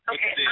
Okay